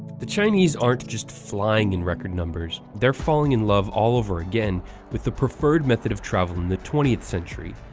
the chinese aren't just flying in record numbers, they're falling in love all over again with the preferred method of travel in the twentieth century,